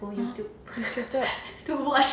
!huh!